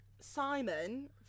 Simon